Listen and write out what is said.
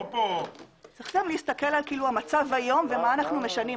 צריך להסתכל על המצב היום ומה אנחנו משנים.